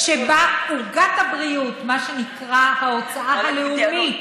שבה עוגת הבריאות, מה שנקרא ההוצאה הלאומית